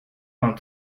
vingt